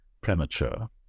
premature